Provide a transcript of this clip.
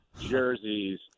jerseys